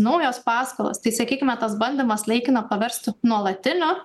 naujos paskolos tai sakykime tas bandymas laikiną paverstų nuolatiniu